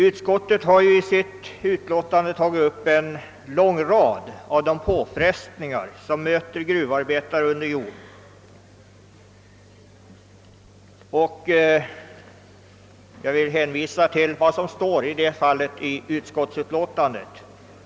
Utskottet har i sitt utlåtande tagit upp en lång rad av de påfrestningar som möter gruvarbetare under jord.